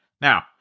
Now